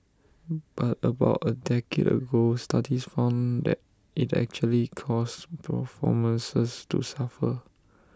but about A decade ago studies found that IT actually caused performances to suffer